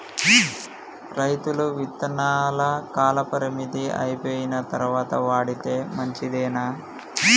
రైతులు విత్తనాల కాలపరిమితి అయిపోయిన తరువాత వాడితే మంచిదేనా?